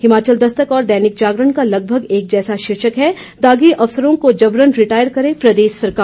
हिमाचल दस्तक और दैनिक जागरण का लगभग एक जैसा शीर्षक है दागी अफसरों को जबरन रिटायर करें प्रदेश सरकार